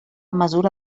mesura